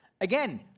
Again